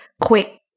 quick